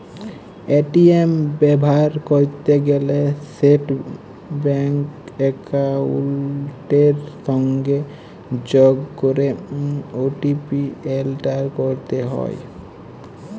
ATM ব্যাভার ক্যরতে গ্যালে সেট ব্যাংক একাউলটের সংগে যগ ক্যরে ও.টি.পি এলটার ক্যরতে হ্যয়